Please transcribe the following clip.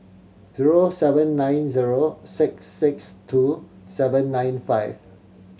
zero seven nine zero six six two seven nine five